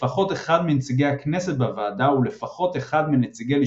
לפחות אחד מנציגי הכנסת בוועדה ולפחות